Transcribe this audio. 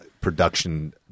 production